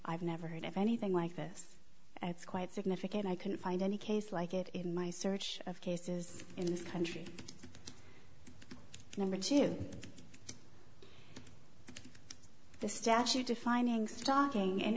i've never heard of anything like this it's quite significant i couldn't find any case like it in my search of cases in this country number two the statute defining stalking in